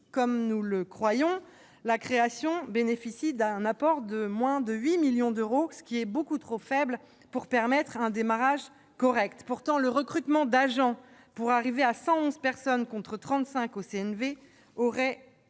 comme nous le croyons, il bénéficie d'un apport de moins de 8 millions d'euros, ce qui est beaucoup trop faible pour permettre un démarrage correct. Pourtant, le recrutement d'agents pour arriver à 111 personnes, contre 35 au CNV, augurait